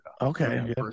Okay